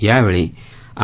यावेळी आ